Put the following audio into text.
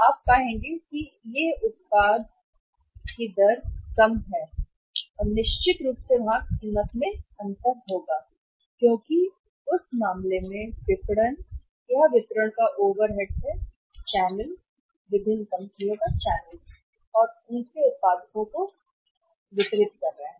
वहाँ आप पाएंगे कि उत्पाद उतना ही कम दर पर है और निश्चित रूप से वहाँ होगा कीमत में अंतर इसलिए है क्योंकि उस मामले में विपणन या वितरण का ओवरहेड्स है चैनल विभिन्न कंपनियों और उनके उत्पादों को वितरित कह रहे हैं